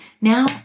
Now